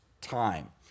time